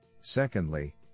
Secondly